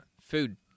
food